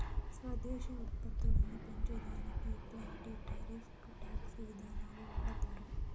స్వదేశీ ఉత్పత్తులని పెంచే దానికి ఇట్లాంటి టారిఫ్ టాక్స్ విధానాలు వాడతారు